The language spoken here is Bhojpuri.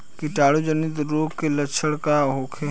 कीटाणु जनित रोग के लक्षण का होखे?